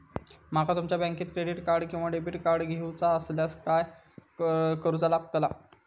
माका तुमच्या बँकेचा क्रेडिट कार्ड किंवा डेबिट कार्ड घेऊचा असल्यास काय करूचा लागताला?